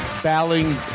Bowling